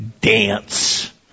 dance